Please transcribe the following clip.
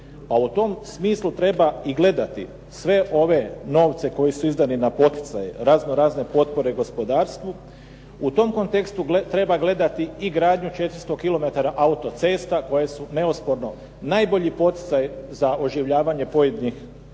A u tom smislu treba i gledati sve ove novce koji su izdani na poticaj, razno razne potpore gospodarstvu, u tom kontekstu treba gledati i gradnju 400 km autocesta koje su neosporno najbolji poticaj za oživljavanje pojedinih dijelova